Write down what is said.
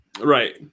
right